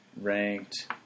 ranked